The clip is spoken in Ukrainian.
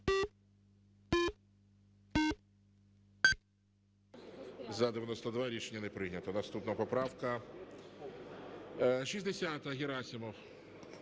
За-92 Рішення не прийнято. Наступна поправка 70. Герасимов.